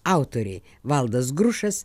autoriai valdas grušas